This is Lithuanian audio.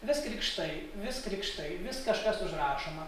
vis krikštai vis krikštai vis kažkas užrašoma